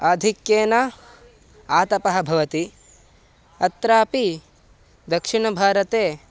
आधिक्येन आतपः भवति अत्रापि दक्षिणभारते